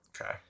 Okay